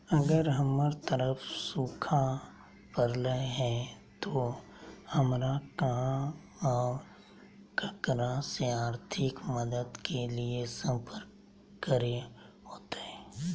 अगर हमर तरफ सुखा परले है तो, हमरा कहा और ककरा से आर्थिक मदद के लिए सम्पर्क करे होतय?